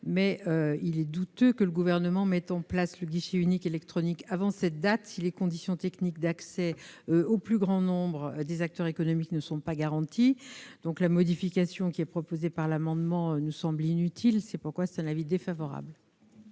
mais il est douteux que le Gouvernement mette en place le guichet unique électronique avant cette date si les conditions techniques d'accès du plus grand nombre des acteurs économiques ne sont pas garanties. La modification proposée à travers l'amendement semblant inutile, l'avis est défavorable.